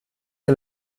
que